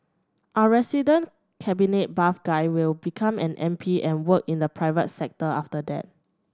our resident cabinet buff guy will become an M P and work in the private sector after that